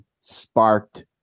sparked